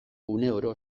uneoro